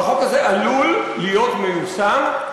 והחוק הזה עלול להיות מיושם,